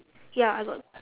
ya I got